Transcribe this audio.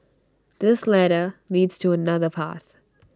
this ladder leads to another path